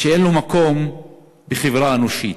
שאין לו מקום בחברה אנושית.